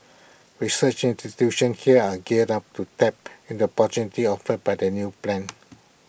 research institutions here are geared up to tap in the opportunities offered by the new plan